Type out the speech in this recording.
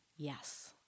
Yes